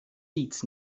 seats